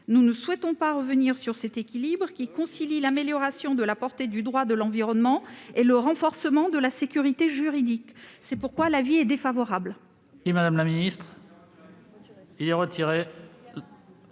Nous ne souhaitons pas revenir sur cet équilibre, qui concilie l'amélioration de la portée du droit de l'environnement et le renforcement de la sécurité juridique. La commission est donc défavorable